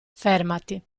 fermati